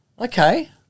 Okay